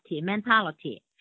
mentality